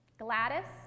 Gladys